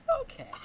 Okay